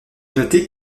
noter